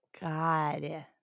God